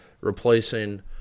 replacing –